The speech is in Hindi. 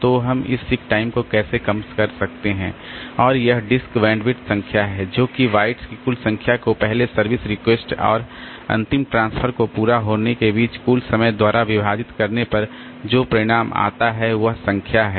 तो हम इस सीक टाइम को कैसे कम कर सकते हैं और यह डिस्क बैंडविड्थ संख्या है जोकि बाइट्स की कुल संख्या को पहले सर्विस रिक्वेस्ट और अंतिम ट्रांसफर के पूरा होने के बीच कुल समय द्वारा विभाजित करने पर जो परिणाम आता है वह संख्या है